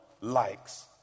likes